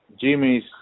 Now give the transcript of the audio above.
Jimmy's